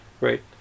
right